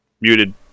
Muted